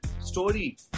story